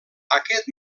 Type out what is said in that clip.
aquest